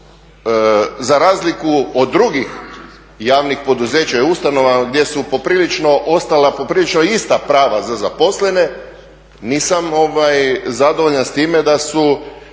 za razliku od drugih javnih poduzeća i ustanova gdje su poprilično ostala poprilično ista prava za zaposlene, nisam zadovoljan s time da su